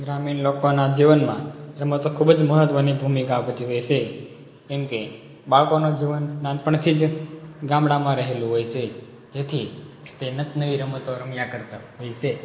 ગ્રામીણ લોકોનાં જીવનમાં રમતો ખૂબ જ મહત્ત્વની ભૂમિકા ભજવે છે કેમકે બાળકોનાં જીવન નાનપણથી જ ગામડામાં રહેલું હોય છે જેથી તે નીત નવી રમતો રમ્યાં કરતાં હોય છે